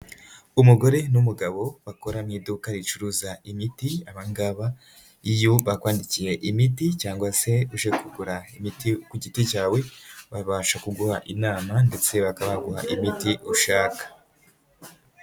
Umugore n'umugabo bakora mu iduka ricuruza imiti, aba ngabo iyo bakwandikiye imiti cyangwa se uje kugura imiti ku giti cyawe babasha kuguha inama ndetse bakaba baguha imiti ushaka.